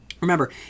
Remember